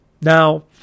Now